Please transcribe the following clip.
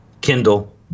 Kindle